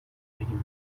میدونی